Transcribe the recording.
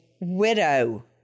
widow